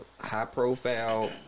high-profile